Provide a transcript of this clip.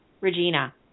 Regina